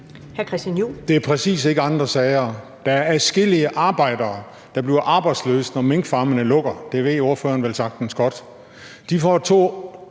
Det er præcis ikke andre sager. Der er adskillige arbejdere, der bliver arbejdsløse, når minkfarmene lukker – det ved ordføreren vel sagtens godt. De får 2